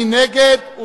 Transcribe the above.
מי נגד?